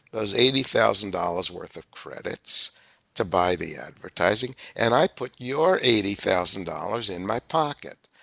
those eighty thousand dollars worth of credits to buy the advertising and i put your eighty thousand dollars in my pocket.